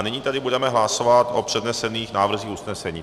Nyní budeme hlasovat o přednesených návrzích usnesení.